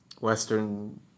Western